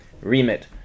remit